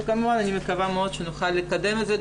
וכמובן אני מקווה מאוד שנוכל לקדם את זה,